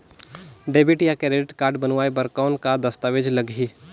Debit या credit card बनवाय बर कौन का दस्तावेज लगही?